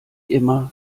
immer